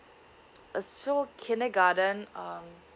uh so kindergarten um